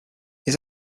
his